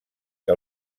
que